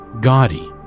gaudy